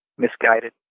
Misguided